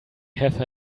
have